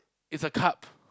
it's a cup